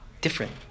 different